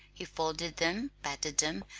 he folded them, patted them,